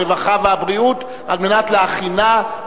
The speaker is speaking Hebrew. הרווחה והבריאות נתקבלה.